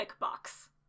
box